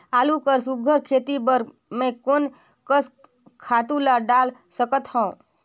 आलू कर सुघ्घर खेती बर मैं कोन कस खातु ला डाल सकत हाव?